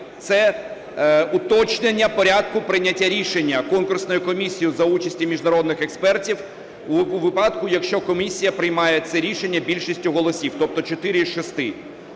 це уточнення порядку прийняття рішення конкурсною комісією за участі міжнародних експертів у випадку, якщо комісія приймає це рішення більшістю голосів, тобто чотири